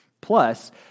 Plus